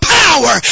power